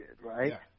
right